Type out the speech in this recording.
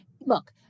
look